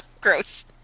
Gross